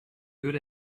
good